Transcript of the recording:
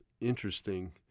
interesting